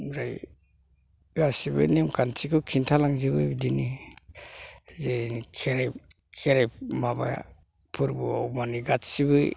ओमफ्राय गासिबो नेमखान्थिखौ खिन्थालांजोबो बिदिनो जों खेराइ खेराइ माबा फोरबोआव माने गासैबो